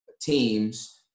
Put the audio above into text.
teams –